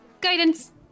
Guidance